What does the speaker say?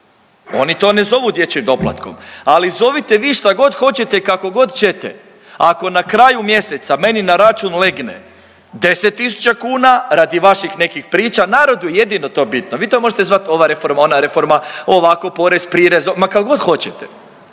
oni to ne zovu dječjim doplatkom, ali zovite vi šta god hoćete, kako god ćete ako na kraju mjeseca meni na račun legne 10 tisuća kuna radi vaših nekih priča, narodu je jedino to bitno, vi to možete zvat ova reforma, ona reforma, ovako porez, prirez, ma kako god hoćete,